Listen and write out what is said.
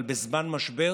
אבל בזמן משבר